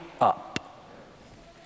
up